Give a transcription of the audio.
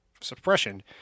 suppression